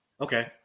Okay